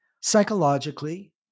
psychologically